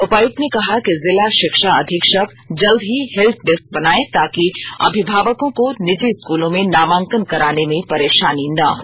उपायुक्त ने कहा कि जिला श्रिक्षा अधीक्षक जल्द ही हेल्प डेस्क बनाये ताकि अभिभावकों को निर्जी स्कूलों में नामांकन कराने में परे ाानी न हो